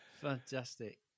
fantastic